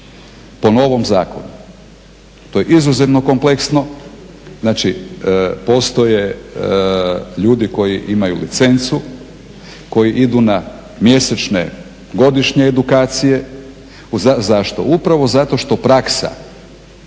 Po novom zakonu, to je izuzetno kompleksno, znači, postoje ljudi koji imaju licencu, koji idu na mjesečne, godišnje edukacije. Zašto? Upravo zato što praksa